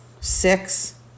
six